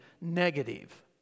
negative